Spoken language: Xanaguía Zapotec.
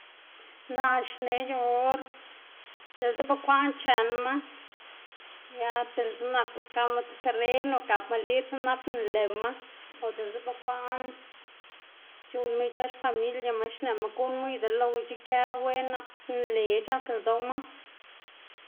naꞌ xne yu or diꞌlse bukwaꞌn chenma ya diꞌltse naku ikaꞌma ti teren o gakma lidz nap nlema o diꞌltse bukwaꞌn c̲h̲uꞌnnma ic̲h̲ë xfamiliama xneꞌ guꞌnnmu y dela loꞌwa ic̲h̲ike wen nap nle c̲h̲ak ldoꞌma.